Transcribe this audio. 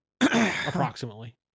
Approximately